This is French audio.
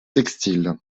textile